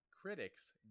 critics